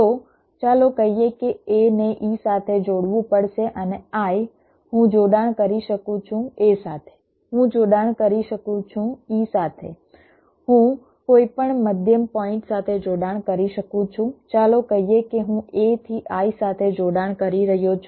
તો ચાલો કહીએ કે a ને e સાથે જોડવું પડશે અને i હું જોડાણ કરી શકું છું a સાથે હું જોડાણ કરી શકું છું e સાથે હું કોઈપણ મધ્યમ પોઈન્ટ સાથે જોડાણ કરી શકું છું ચાલો કહીએ કે હું a થી i સાથે જોડાણ કરી રહ્યો છું